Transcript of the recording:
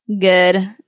good